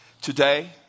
Today